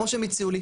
כמו שהם הציעו לי,